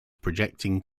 projecting